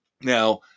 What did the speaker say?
Now